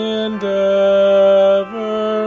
endeavor